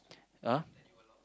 !huh!